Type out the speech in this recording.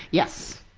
yes!